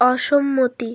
অসম্মতি